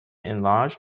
enlarged